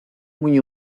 muy